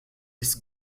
his